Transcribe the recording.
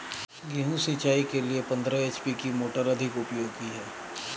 गेहूँ सिंचाई के लिए पंद्रह एच.पी की मोटर अधिक उपयोगी है?